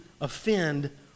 offend